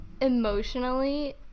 emotionally